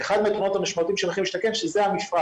אחד היתרונות המשמעותיים של המחיר למשתכן הוא שזה המפרט.